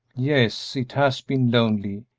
yes, it has been lonely,